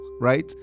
right